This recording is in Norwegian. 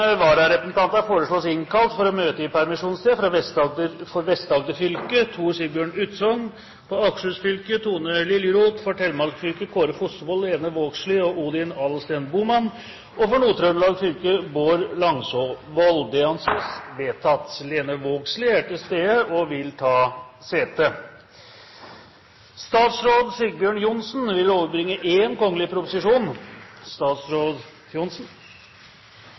for å møte i permisjonstiden: For Vest-Agder fylke: Tor Sigbjørn Utsogn For Akershus fylke: Tone Liljeroth For Telemark fylke: Kåre Fostervold, Lene Vågslid og Odin Adelsten Bohmann For Nord-Trøndelag: fylke Bård Langsåvold Lene Vågslid er til stede og vil ta sete. Statsråd Sigbjørn Johnsen vil overbringe 1 kgl. proposisjon.